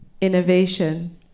innovation